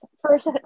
first